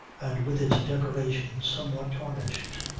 and with its decorations somewhat tarnished.